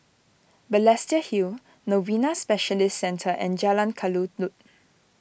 Balestier Hill Novena Specialist Centre and Jalan Kelulut